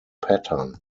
pattern